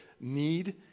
need